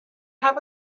have